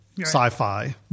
sci-fi